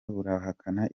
burahakana